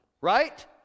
right